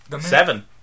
Seven